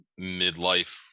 midlife